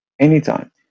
anytime